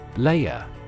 Layer